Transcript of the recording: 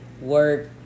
work